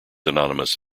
anonymous